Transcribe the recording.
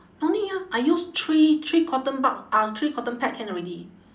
no need ah I use three three cotton bud uh three cotton pad can already